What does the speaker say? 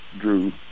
drew